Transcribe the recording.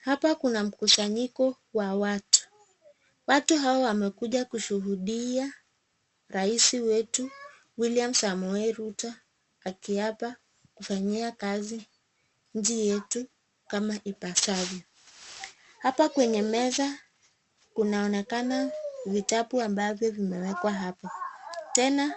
Hapa kuna mkusanyiko wa watu. Watu hawa wamekuja kushuhudia rais wetu William Samoei Rutto akiaba kufanyia kazi nji yetu kama ibasavyo. Hapa kwenye meza kunaonekana vitabu ambavyo vimewekwa hapa. Tena